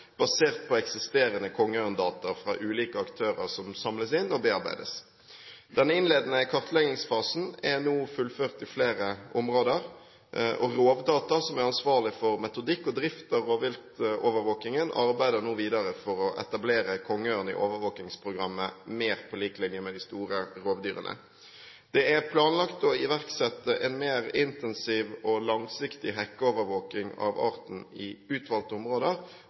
basert på eksisterende kongeørndata fra ulike aktører som samles inn og bearbeides. Den innledende kartleggingsfasen er nå fullført i flere områder. Rovdata, som er ansvarlig for metodikk og drift av rovviltovervåkingen, arbeider nå videre for å etablere kongeørn i overvåkingsprogrammet mer på lik linje med de store rovdyrene. Det er planlagt å iverksette en mer intensiv og langsiktig hekkeovervåking av arten i utvalgte områder,